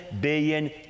billion